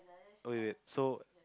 oh wait wait wait so